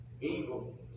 Evil